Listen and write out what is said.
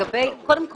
קודם כל,